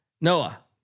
Noah